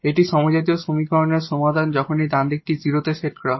এটি হোমোজিনিয়াস সমীকরণের সমাধান যখন এই ডান হাতটি 0 এ সেট করা হয়